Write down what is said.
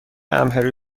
امهری